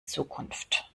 zukunft